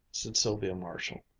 said sylvia marshall,